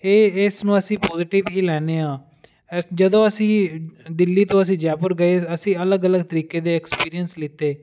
ਇਹ ਇਸ ਨੂੰ ਅਸੀਂ ਪੋਜੀਟਿਵ ਹੀ ਲੈਂਦੇ ਹਾਂ ਜਦੋਂ ਅਸੀਂ ਦਿੱਲੀ ਤੋਂ ਅਸੀਂ ਜੈਪੁਰ ਗਏ ਅਸੀਂ ਅਲੱਗ ਅਲੱਗ ਤਰੀਕੇ ਦੇ ਐਕਸਪੀਰੀਅੰਸ ਲਿਤੇ